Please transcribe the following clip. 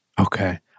okay